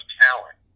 talent